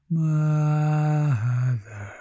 mother